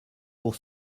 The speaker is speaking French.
pour